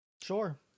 Sure